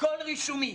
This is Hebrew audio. הכול רישומי.